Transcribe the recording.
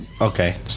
Okay